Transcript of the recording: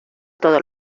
todos